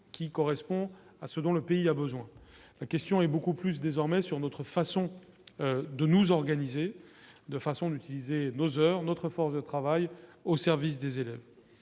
qui correspond à ce dont le pays a besoin, la question est beaucoup plus désormais sur notre façon de nous organiser de façon d'utiliser nos heures notre force de travail au service des élèves